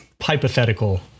hypothetical